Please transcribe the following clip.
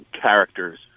characters